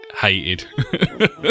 hated